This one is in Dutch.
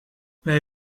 wij